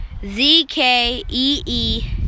Z-K-E-E